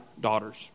daughters